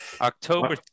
October